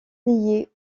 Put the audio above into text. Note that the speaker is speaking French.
lié